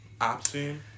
option